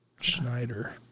Schneider